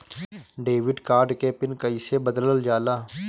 Debit card के PIN कईसे बदलल जाला?